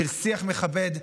של שיח מכבד,